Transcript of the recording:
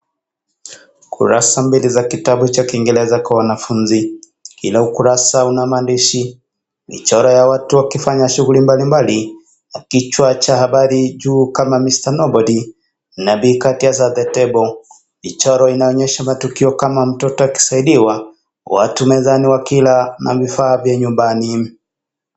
Kurasa mbili za kitabu cha kiingereza kwa wanafunzi kila ukurasa una maandishi, michoro ya watu wakifanya shughuli mbalimbali na kichwa cha habari juu kama Mr Nobody na be courteous at the table . Michoro hii inaonyesha matukio kama mtoto akisaidiwa, watu mezani wakila na vifaa vya nyumbani.